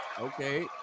Okay